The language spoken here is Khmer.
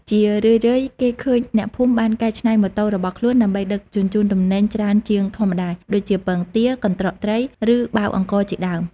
ជារឿយៗ គេឃើញអ្នកភូមិបានកែច្នៃម៉ូតូរបស់ខ្លួនដើម្បីដឹកជញ្ជូនទំនិញច្រើនជាងធម្មតា ដូចជាពងទា កន្ត្រកត្រី ឬបាវអង្ករជាដើម។